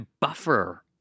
buffer